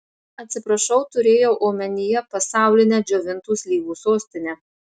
atsiprašau turėjau omenyje pasaulinę džiovintų slyvų sostinę